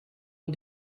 man